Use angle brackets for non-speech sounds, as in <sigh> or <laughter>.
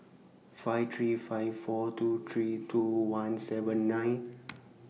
five three five four two three two one seven nine <noise>